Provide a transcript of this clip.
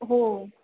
हो